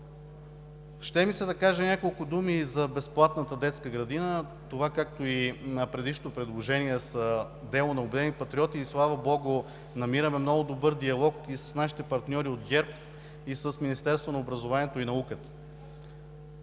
Ще ми се да кажа няколко думи и за безплатната детска градина. Това, както и предишното предложение, са дело на „Обединени патриоти“ и слава богу намираме много добър диалог и с нашите партньори от ГЕРБ, и с Министерството на образованието и науката.